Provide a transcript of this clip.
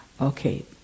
okay